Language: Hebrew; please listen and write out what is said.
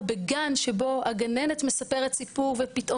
או בגן שבו הגננת מספרת סיפור ופתאום